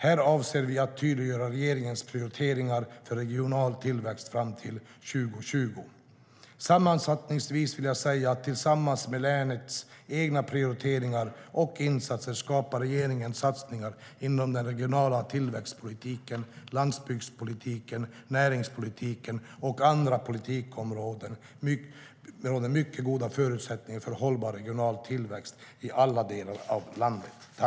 Här avser vi att tydliggöra regeringens prioriteringar för regional tillväxt fram till 2020.